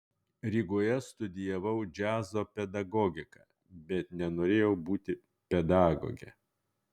rygoje studijavau džiazo pedagogiką bet nenorėjau būti pedagoge